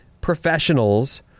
professionals